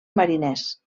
mariners